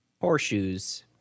Horseshoes